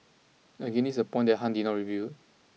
again this a point that Han did not reveal